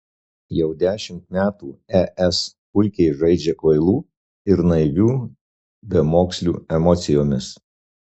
jau dešimt metų es puikiai žaidžia kvailų ir naivių bemokslių emocijomis